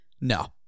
No